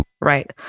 right